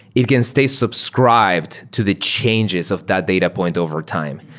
it can stay subscribed to the changes of that data point over time.